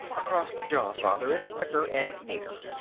across the jaw, father, it's quicker and neater.